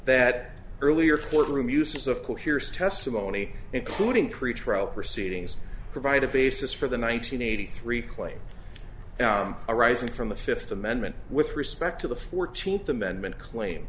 that earlier courtroom uses of coheres testimony including pretrial proceedings provide a basis for the one nine hundred eighty three claim arising from the fifth amendment with respect to the fourteenth amendment claim